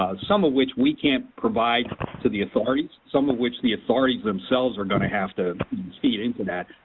ah some of which we can't provide to the authorities, some of which the authorities themselves are gonna have to see into that.